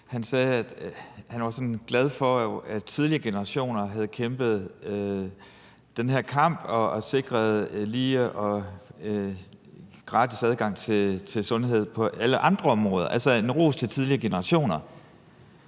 Han sagde, at han var glad for, at tidligere generationer havde kæmpet den her kamp og sikret lige og gratis adgang til sundhed på alle andre områder, altså en ros til tidligere generationer.